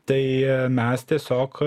tai mes tiesiog